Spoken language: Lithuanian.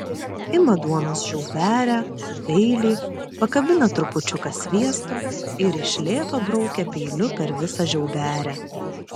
ima duonos žiauberę peilį pakabina trupučiuką sviesto ir iš lėto braukia peiliu per visą žiauberę